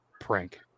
prank